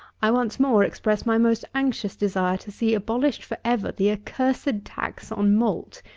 i once more express my most anxious desire to see abolished for ever the accursed tax on malt,